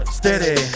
steady